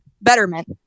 betterment